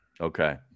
Okay